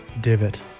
divot